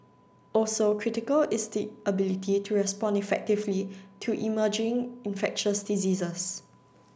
also critical is the ability to respond effectively to emerging infectious diseases